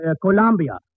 Colombia